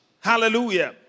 Hallelujah